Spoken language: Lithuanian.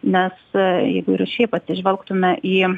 nes jeigu ir šiaip atsižvelgtume į